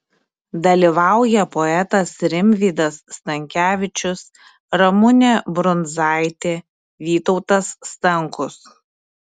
dalyvauja poetas rimvydas stankevičius ramunė brundzaitė vytautas stankus